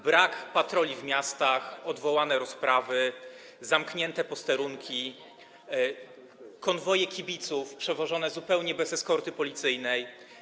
Brak patroli w miastach, odwołane rozprawy, zamknięte posterunki, konwoje kibiców przewożone zupełnie bez eskorty policyjnej.